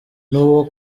n’uwo